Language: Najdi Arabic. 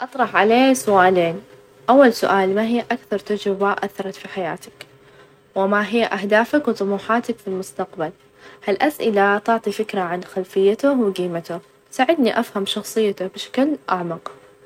أيوا يمكن أن يكون الفن تأثير سلبي أحيانًا، يعني بعظ الأعمال الفنية قد تعزز أفكار سلبية، أو تروج للعنف، أو الكراهية، إذا كانت الرسالة مشوشة وتم استخدامها بشكل خاطئ ، ممكن تؤثر سلبًا على المجتمع، وتزيد من الإنقسام، أو التوتر، عشان كذا من المهم إن الفن يكون له أهداف إيجابية، ويعبر عن قيم نبيلة.